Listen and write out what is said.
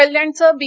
कल्याणचं बी